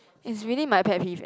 it's really my pet peeve